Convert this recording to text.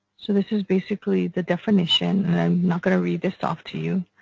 so this is basically the definition and i'm not going to read this off to you.